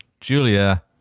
Julia